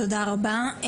תודה רבה.